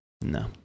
No